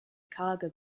cargo